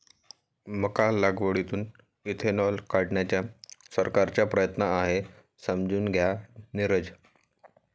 मका लागवडीतून इथेनॉल काढण्याचा सरकारचा प्रयत्न आहे, समजून घ्या नीरज